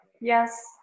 yes